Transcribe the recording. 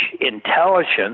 intelligence